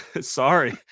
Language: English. Sorry